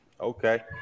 Okay